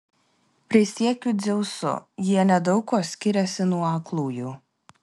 prisiekiu dzeusu jie nedaug kuo skiriasi nuo aklųjų